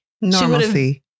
normalcy